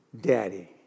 daddy